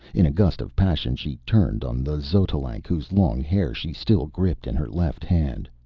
in a gust of passion she turned on the xotalanc whose long hair she still gripped in her left hand.